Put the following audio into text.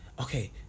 Okay